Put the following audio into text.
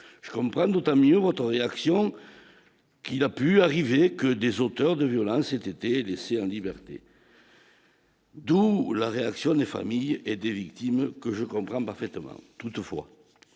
je comprends d'autant mieux et action qu'il a pu arriver que des auteurs de violence était DC en liberté. D'où la réaction des familles et des victimes que je comprends parfaitement, toutefois,